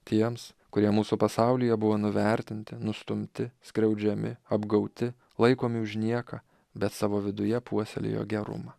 tiems kurie mūsų pasaulyje buvo nuvertinti nustumti skriaudžiami apgauti laikomi už nieką bet savo viduje puoselėjo gerumą